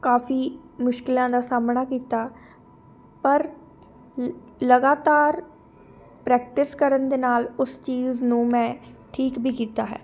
ਕਾਫੀ ਮੁਸ਼ਕਿਲਾਂ ਦਾ ਸਾਹਮਣਾ ਕੀਤਾ ਪਰ ਲ ਲਗਾਤਾਰ ਪ੍ਰੈਕਟਿਸ ਕਰਨ ਦੇ ਨਾਲ ਉਸ ਚੀਜ਼ ਨੂੰ ਮੈਂ ਠੀਕ ਵੀ ਕੀਤਾ ਹੈ